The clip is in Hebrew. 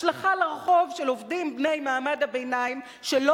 השלכה לרחוב של עובדים בני מעמד הביניים שלא